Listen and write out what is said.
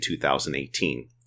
2018